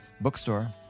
bookstore